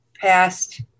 past